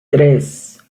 tres